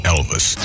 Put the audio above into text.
Elvis